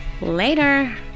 Later